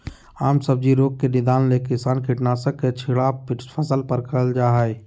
आम सब्जी रोग के निदान ले किसान कीटनाशक के छिड़काव फसल पर करल जा हई